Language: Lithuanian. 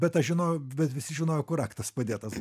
bet aš žinojau bet visi žinojo kur raktas padėtas